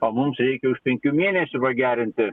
o mums reikia už penkių mėnesių pagerinti